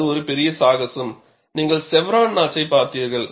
அது ஒரு பெரிய சாகசம் நீங்கள் செவ்ரான் நாட்ச்சை பார்த்தீர்கள்